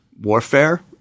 warfare